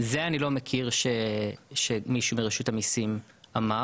את זה אני לא מכיר שמישהו ברשות המיסים אמר.